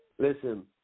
Listen